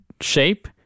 shape